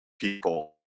people